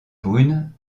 brune